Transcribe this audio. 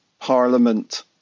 Parliament